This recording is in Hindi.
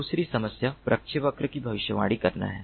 दूसरी समस्या प्रक्षेपवक्र की भविष्यवाणी करना है